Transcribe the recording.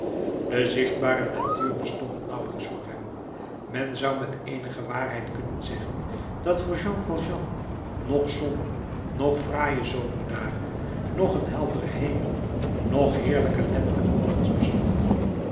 de zichtbare natuur bestond nauwelijks voor hem men zou met eenige waarheid kunnen zeggen dat voor jean valjean noch zon noch fraaie zomerdagen noch een heldere hemel noch heerlijke lentemorgens bestonden